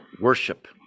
Worship